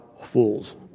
fools